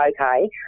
okay